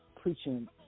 preaching